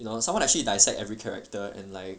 you know someone actually dissect every character and like